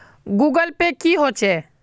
Google pay की होचे?